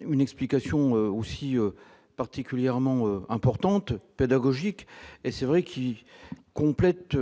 une explication aussi particulièrement importante pédagogique et c'est vrai qu'il complète